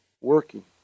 working